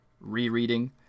rereading